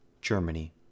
Germany